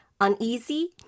uneasy